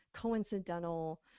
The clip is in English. coincidental